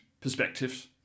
perspectives